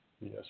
Yes